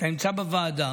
אתה נמצא בוועדה,